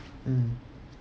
um